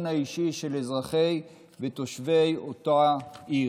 האישי של אזרחי ותושבי אותה עיר.